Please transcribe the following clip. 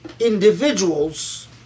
individuals